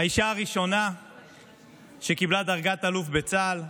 האישה הראשונה שקיבלה דרגת אלוף בצה"ל,